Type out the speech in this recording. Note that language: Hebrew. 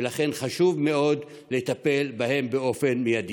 ולכן חשוב מאוד לטפל בהם באופן מיידי.